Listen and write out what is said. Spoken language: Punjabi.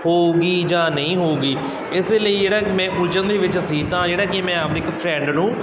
ਹੋਊਗੀ ਜਾਂ ਨਹੀਂ ਹੋਊਗੀ ਇਸਦੇ ਲਈ ਜਿਹੜਾ ਕਿ ਮੈਂ ਉਲਝਣ ਦੇ ਵਿੱਚ ਸੀ ਤਾਂ ਜਿਹੜਾ ਕਿ ਮੈਂ ਆਪਦੇ ਇੱਕ ਫਰੈਂਡ ਨੂੰ